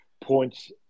points